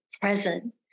present